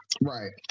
right